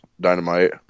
Dynamite